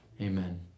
Amen